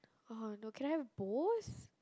oh no can I have both